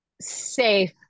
safe